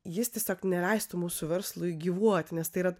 jis tiesiog neleistų mūsų verslui gyvuoti nes tai yra